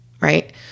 right